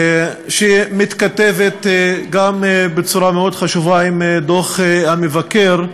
שגם מתכתבת בצורה מאוד חשובה עם דוח המבקר.